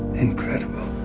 incredible.